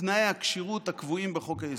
תנאי הכשירות הקבועים בחוק-היסוד.